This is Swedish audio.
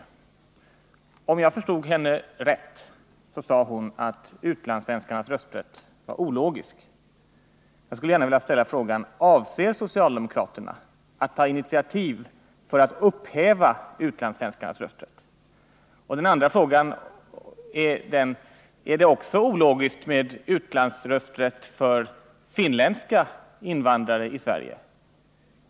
Vidgad rösträtt Om jag förstod Lahja Exner rätt sade hon att utlandssvenskarnas rösträtt var ologisk. Avser socialdemokraterna att ta initiativ till att upphäva utlandssvenskarnas rösträtt? Min nästa fråga lyder: Är det också ologiskt med utlandsrösträtt för finländska invandrare i Sverige?